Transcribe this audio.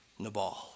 Nabal